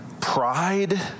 pride